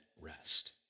rest